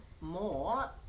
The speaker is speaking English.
more